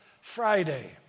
Friday